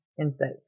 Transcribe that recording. insight